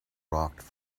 rocked